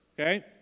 Okay